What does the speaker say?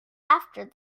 after